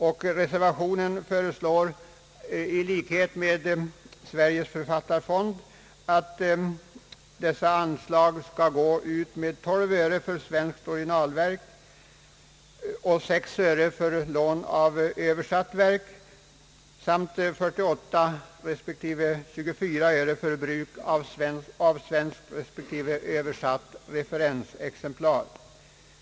Reservationen föreslår, i likhet med Sveriges författarfond, att dessa ersättningar skall utgå med 12 öre för svenskt originalverk, 6 öre för lån av översatt verk samt 48 respektive 24 öre för bruk av svenskt respektive översatt referensexemplar.